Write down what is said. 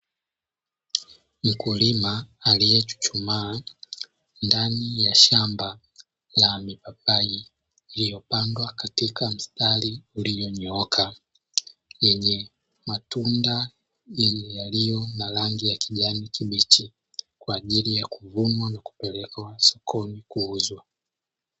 Mkulima aliyechuchumaa ndani ya shamba la mipapai iliyopandwa katika mstari uliyonyooka, yenye matunda yenye yaliyo na rangi ya kijani kibichi kwa ajili ya kuvunwa na kupelekwa sokoni kuuzwa.